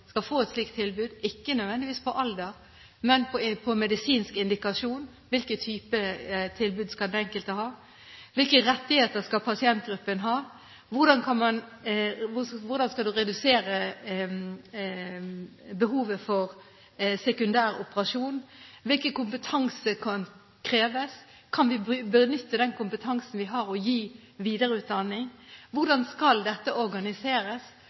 skal få et slikt tilbud – ikke nødvendigvis ut fra alder, men medisinsk indikasjon – og om hvilken type tilbud den enkelte skal ha. Hvilke rettigheter skal pasientgruppen ha? Hvordan skal man redusere behovet for sekundær operasjon? Hvilken kompetanse kreves? Kan vi benytte den kompetansen vi har, og gi videreutdanning? Hvordan skal dette organiseres?